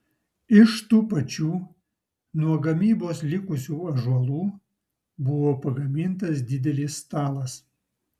iš tų pačių nuo gamybos likusių ąžuolų buvo pagamintas didelis stalas